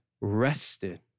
rested